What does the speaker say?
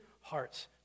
heart's